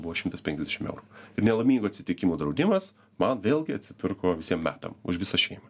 buvo šimtas penkiasdešim eurų nelaimingų atsitikimų draudimas man vėlgi atsipirko visiem metams už visą šeimą